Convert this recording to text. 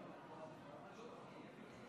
בבקשה.